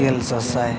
ᱜᱮᱞ ᱥᱟᱥᱟᱭ